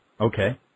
Okay